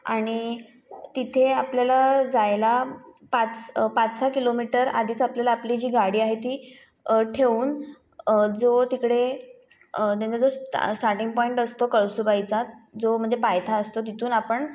आणि तिथे आपल्याला जायला पाच पाचसा किलोमीटर आधीच आपल्याला आपली जी गाडी आहे ती ठेऊन जो तिकडे त्यांचा जो स्टार्टींग पॉईंट असतो कळसूबाईचा जो म्हणजे पायथा असतो तिथून आपण